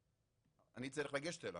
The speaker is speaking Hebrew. אני צריך לגשת אליו.